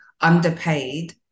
underpaid